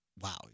wow